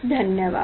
धन्यवाद